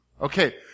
Okay